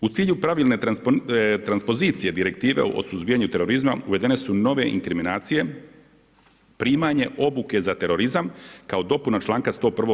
U cilju pravilne transpozicije direktive o suzbijanju terorizma uvedene su nove inkriminacije, primanje obuke za terorizam kao dopuna članka 101.